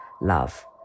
love